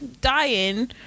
dying